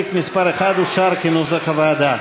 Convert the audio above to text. סעיף מס' 1 אושר כנוסח הוועדה.